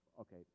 okay